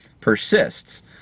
persists